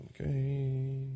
Okay